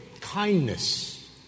kindness